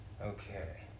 Okay